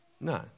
No